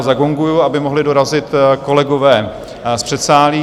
Zagonguji, aby mohli dorazit kolegové z předsálí.